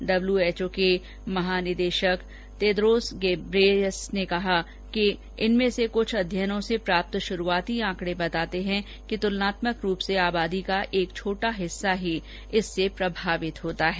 WHO के महानिदेशक डॉ तेद्रोस गेब्रियेसस ने कल कहा कि इनमें से कुछ अध्ययनों से प्राप्त शुरूआती ऑकड़े बताते हैं कि तुलनात्मक रूप से आबादी का एक छोटा सा हिस्सा ही इससे प्रभावित होता है